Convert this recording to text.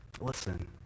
Listen